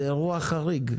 זה אירוע חריג.